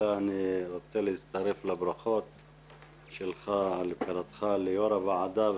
אני רוצה להצטרף לברכות על היבחרך ליושב-ראש הוועדה,